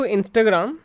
Instagram